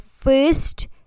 first